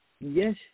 Yes